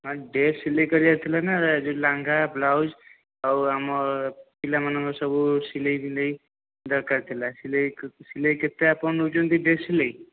ମାନେ ଡ୍ରେସ୍ ସିଲେଇ କରିବାର ଥିଲା ନା ଯେଉଁ ଲାଙ୍ଗା ବ୍ଲାଉଜ ଆଉ ଆମର ପିଲାମାନଙ୍କର ସବୁ ସିଲେଇ ଫିଲେଇ ଦରକାର ଥିଲା ସିଲେଇ ସିଲେଇ କେତେ ଆପଣ ନେଉଛନ୍ତି ଡ୍ରେସ୍ ସିଲେଇ